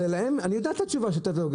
אבל אני יודע את התשובה שתגידו.